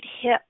hip